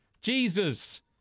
Jesus